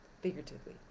figuratively